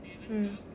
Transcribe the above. mm